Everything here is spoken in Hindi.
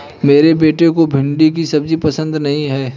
मेरे बेटे को भिंडी की सब्जी पसंद नहीं है